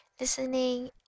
listening